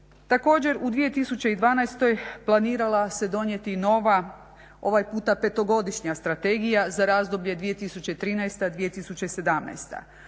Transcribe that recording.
Također u 2012. planirala se donijeti nova ovaj puta petogodišnja strategija za razdoblje 2013.-2017.